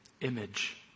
Image